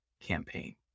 campaign